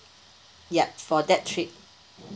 yup for that trip